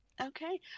Okay